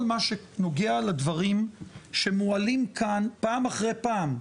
מה שנוגע לדברים שמעלים כאן פעם אחר פעם,